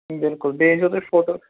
بِلکُل بیٚیہِ أنزیٚو تُہۍ فوٹوٗ